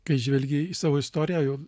kai žvelgi į savo istoriją jau